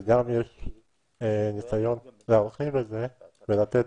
יש גם ניסיון להרחיב את זה, ולתת